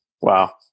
Wow